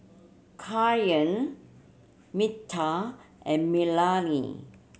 Minta and Melonie